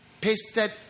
pasted